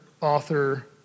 author